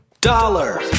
dollar